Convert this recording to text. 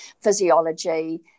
physiology